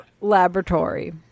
Laboratory